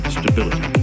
stability